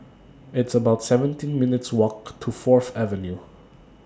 It's about seventeen minutes' Walk to Fourth Avenue